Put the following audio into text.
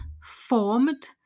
formed